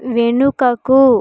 వెనుకకు